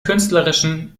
künstlerischen